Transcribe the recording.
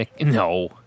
No